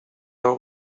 are